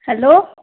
hello